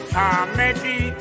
comedy